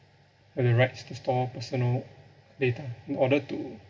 have the rights to store personal data in order to